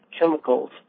chemicals